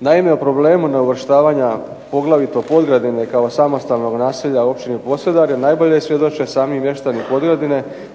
Naime, o problemu neuvrštavanja poglavito Podgradine kao samostalnog naselja Općine Posedarje najbolje svjedoče sami mještani Podgradine